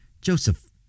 Joseph